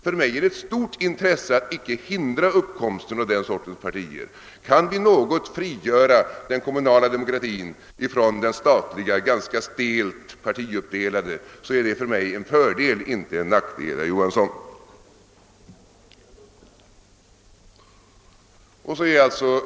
För mig är det ett stort intresse att icke hindra uppkomsten av den sortens partier. Kan vi något frigöra den kommunala demokratin från den statliga ganska stelt partiuppdelade demokratin, så är det för mig en fördel, inte en nackdel, herr Johansson.